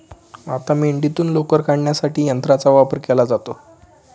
आता मेंढीतून लोकर काढण्यासाठी यंत्राचा वापर केला जातो